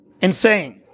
Insane